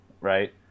right